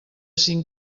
cinc